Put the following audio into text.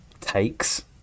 takes